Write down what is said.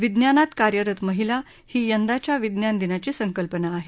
विज्ञानात कार्यरत महिला ही यंदाच्या विज्ञान दिनाची संकल्पना आहे